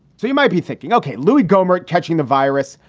so you might be thinking, ok, louie gohmert catching the virus.